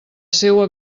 seua